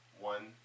one